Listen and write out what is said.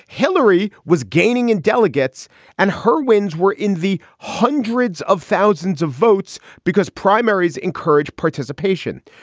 hillary was gaining in delegates and her wins were in the hundreds of thousands of votes because primaries encourage participation.